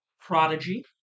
Prodigy